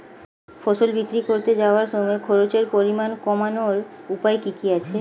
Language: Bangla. ফসল বিক্রি করতে যাওয়ার সময় খরচের পরিমাণ কমানোর উপায় কি কি আছে?